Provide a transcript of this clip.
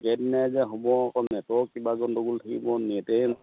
একে দিনাই যে হ'ব আকৌ নেটৰ কিবা গণ্ডগোল থাকিব নেটেই